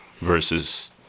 versus